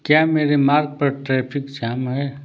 क्या मेरे मार्ग पर ट्रैफिक जाम है